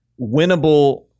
winnable